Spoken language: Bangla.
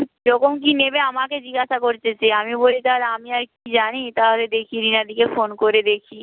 কীরকম কী নেবে আমাকে জিজ্ঞাসা করছে আমি বলি তাহলে আমি আর কী জানি তাহলে দেখি রিনাদিকে ফোন করে দেখি